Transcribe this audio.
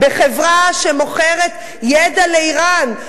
בחברה שמוכרת ידע לאירן,